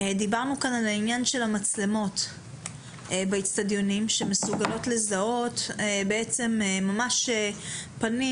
דיברנו כאן על העניין של המצלמות באצטדיונים שמסוגלות לזהות ממש פנים,